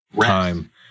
time